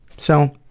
so,